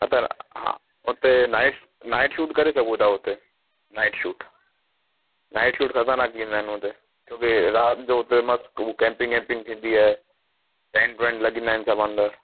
न त हा हुते नाइट नाइट शूट करे सघूं था उते नाइट शूट नाइट शूट ख़तरनाक थींदा आहिनि उते छो कि राति जो हुते मस्तु हू कैंपिंग वैंपिंग थींदी आहे टेंट वेंट लॻींदा आहिनि सभु अंदरि